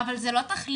אבל זה לא תחליף.